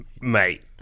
Mate